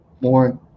more